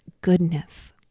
goodness